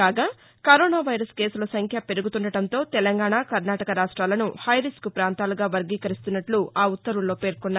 కాగాకరోనా virus కేసుల సంఖ్య పెరుగుతుండడంతో తెలంగాణ కర్ణాటక రాష్ట్రాలను హైరిస్క్ ప్రాంతాలుగా వర్గీకరిస్తున్నట్లు ఉత్తర్వుల్లో పేర్కొన్నారు